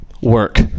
work